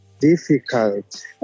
difficult